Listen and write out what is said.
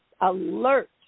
alert